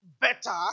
better